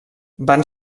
van